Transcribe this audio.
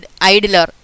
idler